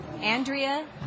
Andrea